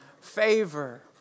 Favor